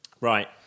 Right